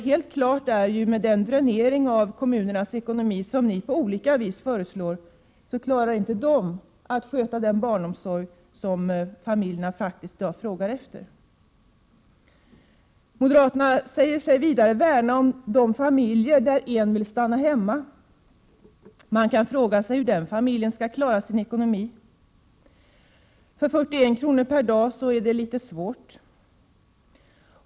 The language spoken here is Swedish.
Helt klart är ändå att med den dränering av kommunernas ekonomi som ni i olika sammanhang föreslår skall genomföras klarar kommunerna inte att sköta den barnomsorg som föräldrarna i dag faktiskt efterfrågar. Dessutom säger sig moderaterna värna om de familjer där en vill stanna hemma. Man kan då fråga sig hur dessa familjer skall klara sin ekonomi. Med 41 kr. per dag är det ganska svårt.